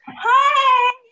Hi